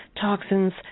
toxins